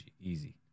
easy